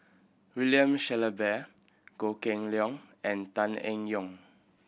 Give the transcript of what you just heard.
William Shellabear Goh Kheng Long and Tan Eng Yoon